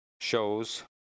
shows